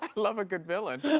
um love a good villain.